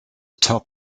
top